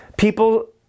People